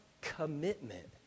commitment